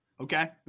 Okay